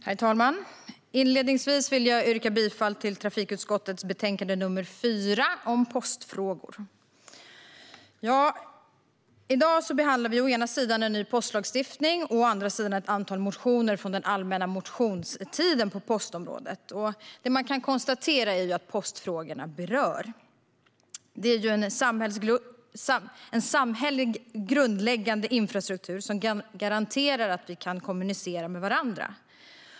Herr talman! Inledningsvis vill jag yrka bifall till utskottets förslag i trafikutskottets betänkande nr 4 om postfrågor. I dag behandlar vi å ena sidan en ny postlagstiftning och å andra sidan ett antal motioner från den allmänna motionstiden på postområdet. Det man kan konstatera är att postfrågorna berör. Det är en samhällelig grundläggande infrastruktur som garanterar att vi kan kommunicera med varandra.